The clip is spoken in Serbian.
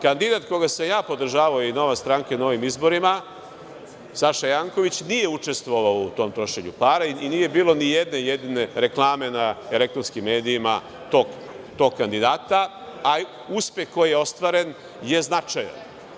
Kandidat koga sam ja podržavao i NS na ovim izborima, Saša Janković nije učestvovao u tom trošenju para i nije bilo ni jedne jedine reklame na elektronskim medijima tog kandidata, a uspeh koji je ostvaren je značajan.